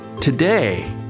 Today